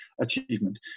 achievement